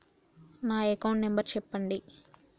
నా account number చెప్పండి?